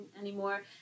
anymore